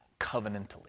covenantally